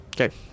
Okay